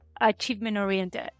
achievement-oriented